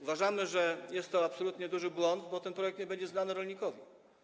Uważamy, że jest to absolutnie duży błąd, bo ten projekt nie będzie znany rolnikowi.